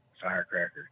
firecracker